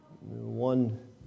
One